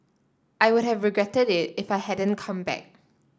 I would have regretted it if I hadn't come back